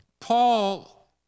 Paul